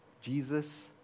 Jesus